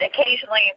occasionally